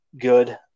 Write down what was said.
good